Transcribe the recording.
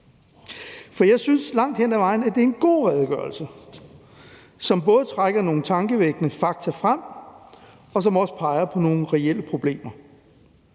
hen ad vejen, at det er en god redegørelse, som både trækker nogle tankevækkende fakta frem, og som også peger på nogle reelle problemer.